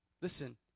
Listen